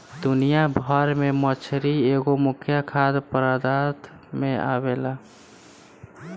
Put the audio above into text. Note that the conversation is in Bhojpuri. दुनिया भर में मछरी एगो मुख्य खाद्य पदार्थ में आवेला